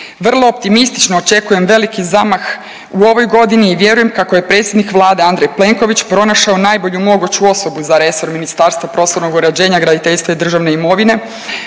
Vrlo optimistično očekujem veliki zamah u ovoj godini i vjerujem kako je predsjednik Vlade Andrej Plenković pronašao najbolju moguću osobu za resor Ministarstva prostornog uređenja, graditeljstva i državne imovine